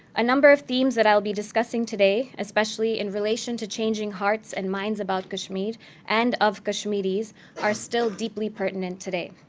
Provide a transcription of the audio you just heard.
a number of themes that i'll be discussing today, especially in relation to changing hearts and minds about kashmir and of kashmiris are still deeply pertinent today.